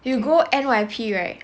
you go N_Y_P right